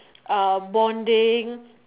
uh bonding